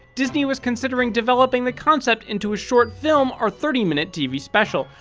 disney was considering developing the concept into a short film or thirty minute tv special,